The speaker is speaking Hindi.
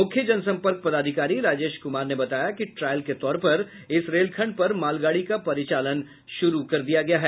मुख्य जनसंपर्क पदाधिकारी राजेश कुमार ने बताया कि ट्रायल के तौर पर इस रेलखंड पर मालगाड़ी का परिचालन शुरू कर दिया गया है